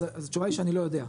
אז התשובה היא שאני לא יודע,